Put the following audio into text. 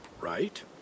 right